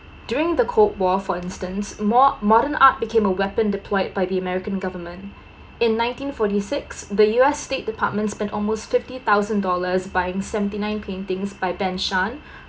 during the cold war for instance mo~ modern art became a weapon deployed by the american government in nineteen forty six the U_S state departments spend almost fifty thousand dollars buying seventy nine paintings by ben shahn